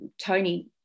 Tony